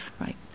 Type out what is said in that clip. Right